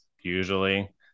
usually